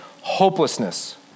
Hopelessness